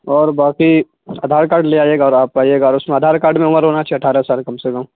اور باقی آدھار کارڈ لے آئیے گا اور آپ آئیے گا اس میں آدھار کارڈ میں عمر ہونا چاہیے اٹھارہ سال کم سے کم